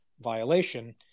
violation